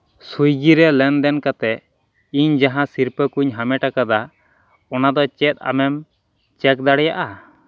ᱥᱩᱭᱜᱤ ᱨᱮ ᱞᱮᱱᱫᱮᱱ ᱠᱟᱛᱮᱫ ᱤᱧ ᱡᱟᱦᱟᱸ ᱥᱤᱨᱯᱟᱹ ᱠᱚᱧ ᱦᱟᱢᱮᱴ ᱟᱠᱟᱫᱟ ᱚᱱᱟᱫᱚ ᱪᱮᱫ ᱟᱢᱮᱢ ᱪᱮᱠ ᱫᱟᱲᱮᱭᱟᱜᱼᱟ